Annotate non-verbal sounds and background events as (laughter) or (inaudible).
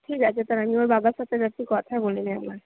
ঠিক আছে তাহলে ওর বাবার সাথে (unintelligible) কথা বলে নিই একবার